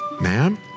Ma'am